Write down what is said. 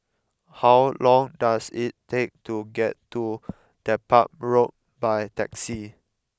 how long does it take to get to Dedap Road by taxi